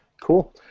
Cool